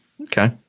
Okay